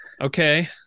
Okay